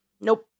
Nope